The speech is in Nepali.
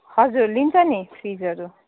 हजुर लिन्छ नि फिसहरू